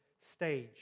stage